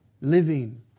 living